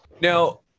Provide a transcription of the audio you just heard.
Now